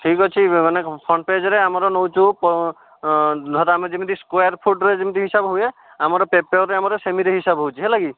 ଠିକ ଅଛି ମାନେ ଫ୍ରଣ୍ଟ ପେଜରେ ଆମର ନେଉଛୁ ଧର ଆମେ ଯେମିତି ସ୍କୋୟାର୍ ଫୁଟ୍ରେ ଯେମିତି ହିସାବ ହୁଏ ଆମର ପେପରରେ ଆମର ସେମିତି ହିସାବ ହେଉଛି ହେଲାକି